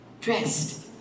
Dressed